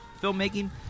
filmmaking